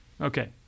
okay